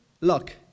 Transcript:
luck